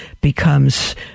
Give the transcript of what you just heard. becomes